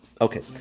Okay